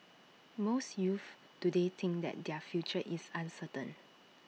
most youths today think that their future is uncertain